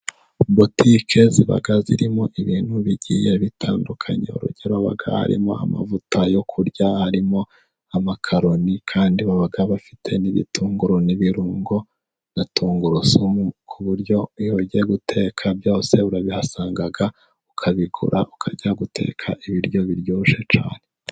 Botike ziba zirimo ibintu bigiye bitandukanye, urugero haba harimo amavuta yo kurya, harimo amakaroni, kandi baba bafite n'ibitunguru, n'ibirungo, na tungurusumu. Ku buryo iyo ugiye guteka byose urabihasanga ukabigura ukajya guteka ibiryo biryoshye cyane.